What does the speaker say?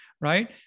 right